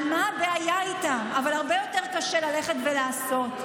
על מה הבעיה איתם, אבל הרבה יותר קשה ללכת ולעשות.